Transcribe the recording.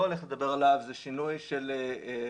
הולך לדבר עליו זה שינוי של רישיון,